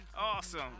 Awesome